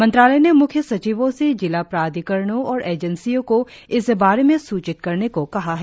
मंत्रालय ने म्ख्य सचिवों से जिला प्राधिकरणों और एजेंसियों को इस बारे में सूचित करने को कहा है